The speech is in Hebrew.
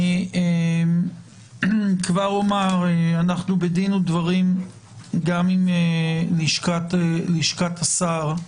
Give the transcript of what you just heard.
אנחנו בדין ודברים גם עם לשכת השר,